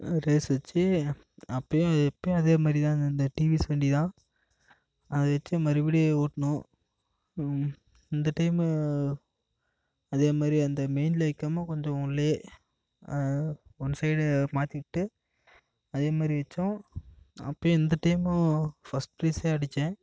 race வச்சி அப்பயும் அது இப்பயும் அதே மாதிரிதான் இந்த இந்த டிவிஎஸ் வண்டிதான் அதை வச்சி மறுபடி ஓட்டுனோம் இந்த டைம் அதே மாதிரி அந்த மெயின்ல வைக்காம கொஞ்சம் உள்ளேயே ஒன் சைடு மாற்றி விட்டு அதே மாதிரி வச்சோம் அப்பயும் இந்த டைமும் ஃபஸ்ட் ப்ரைஸ் அடித்தேன்